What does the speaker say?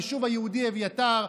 היישוב היהודי אביתר.